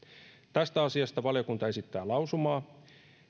tästä asiasta valiokunta esittää lausumaa